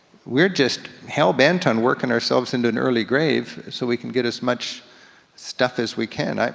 we're just hellbent on working ourselves into an early grave so we can get as much stuff as we can.